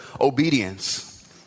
obedience